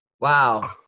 Wow